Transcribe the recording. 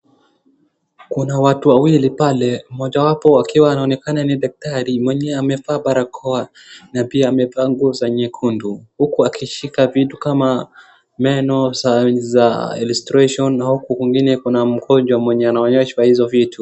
Kuna watu wawili pale mojawapo akiwa anaonekana ni daktari mwenye amevaa barakoa na pia amevaa nguo za nyekundu huku akishika vitu kama meno za illustration na uku kwingine kuna mgonjwa mwenye anaonyeshwa hizo vitu.